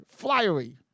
flyery